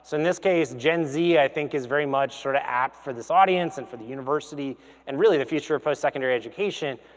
so in this case, gen-z i think is very much sort of apt for this audience and for the university and really the future of post-secondary education.